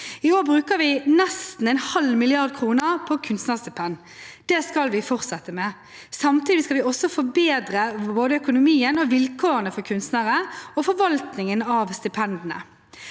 I år bruker vi nesten en halv milliard kroner på kunstnerstipend. Det skal vi fortsette med. Samtidig skal vi forbedre både økonomien og vilkårene for kunstnerne og forvaltningen av stipendene.